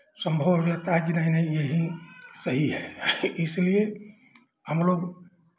संभव हो जाता है कि नहीं नहीं यही सही है इसलिए हम लोग